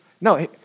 No